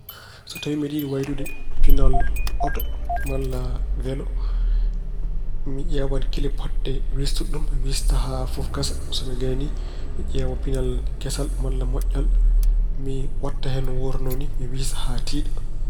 So tawi mbeɗa yiɗi wallude pinal oto malla welo, mi ƴeewan kile potɗe wiistude ɗum mi wiista haa fof gasa. So mi gaynii, mi ƴeewa pinal kesal malla moƴƴal mi waɗta hen no woorunoo ni. Mi wiisa haa tiiɗa.